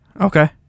Okay